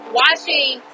watching